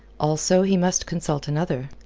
also he must consult another.